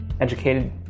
educated